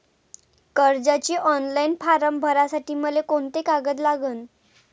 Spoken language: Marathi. कर्जाचे ऑनलाईन फारम भरासाठी मले कोंते कागद लागन?